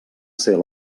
ser